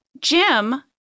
Jim